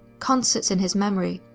concerts in his memory,